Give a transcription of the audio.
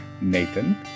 Nathan